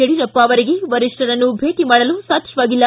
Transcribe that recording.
ಯಡಿಯೂರಪ್ಪ ಅವರಿಗೆ ವರಿಷ್ಣನ್ನು ಭೇಟಿ ಮಾಡಲು ಸಾಧ್ಯವಾಗಿಲ್ಲ